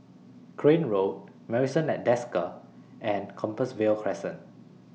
Crane Road Marrison At Desker and Compassvale Crescent